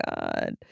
God